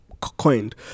Coined